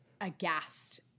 aghast